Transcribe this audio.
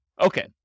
Okay